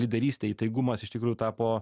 lyderystė įtaigumas iš tikrųjų tapo